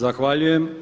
Zahvaljujem.